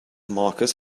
markers